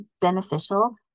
beneficial